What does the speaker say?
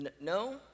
no